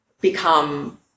become